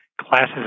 classes